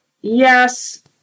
Yes